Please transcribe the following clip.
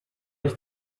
ich